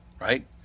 right